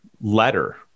letter